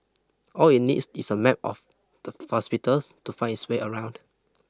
all it needs is a map of the hospitals to find its way around